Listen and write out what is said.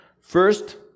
First